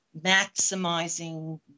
maximizing